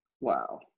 wow